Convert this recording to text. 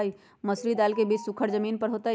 मसूरी दाल के बीज सुखर जमीन पर होतई?